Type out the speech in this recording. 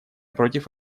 против